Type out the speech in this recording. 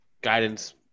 guidance